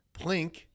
Plink